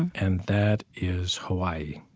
and that is hawaii.